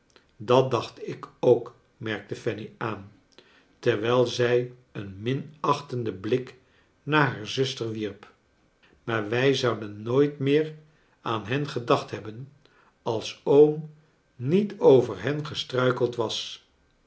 dat dacht ik ook merkte fanny aan terwijl zij een minachtenden blik naar haar zus ter wier p maar wij zouden nooit meer aan hen gedacht hebben als oom niet over hen gestruikeld was